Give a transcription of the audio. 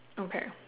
okay